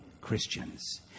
Christians